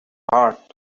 heart